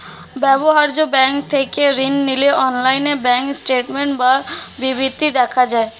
ব্যবহার্য ব্যাঙ্ক থেকে ঋণ নিলে অনলাইনে ব্যাঙ্ক স্টেটমেন্ট বা বিবৃতি দেখা যায়